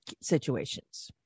situations